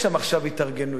יש שם עכשיו התארגנויות,